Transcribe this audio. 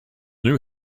new